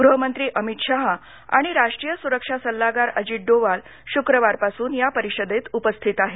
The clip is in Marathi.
गृहमंत्री अमित शहा आणि राष्ट्रीय सुरक्षा सल्लागार अजित डोवाल शुक्रवारपासून या परिषदेत उपस्थित आहेत